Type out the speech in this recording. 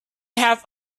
have